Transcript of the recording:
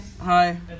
Hi